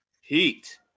heat